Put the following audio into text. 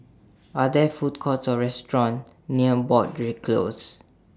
Are There Food Courts Or restaurants near Broadrick Close